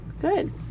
Good